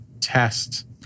test